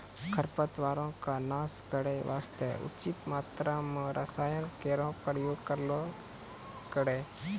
खरपतवारो क नाश करै वास्ते उचित मात्रा म रसायन केरो प्रयोग करलो करो